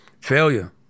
Failure